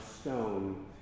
stone